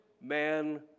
man